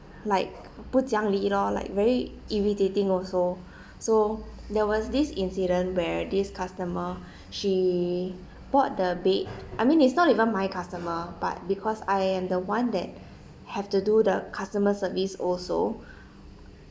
like 不讲理 lor like very irritating also so there was this incident where this customer she bought the bed I mean it's not even my customer but because I am the one that have to do the customer service also